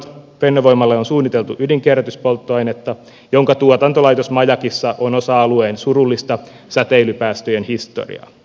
fennovoimalle on suunniteltu ydinkierrätyspolttoainetta jonka tuotantolaitos majakissa on osa alueen surullista säteilypäästöjen historiaa